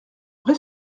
vrai